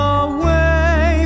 away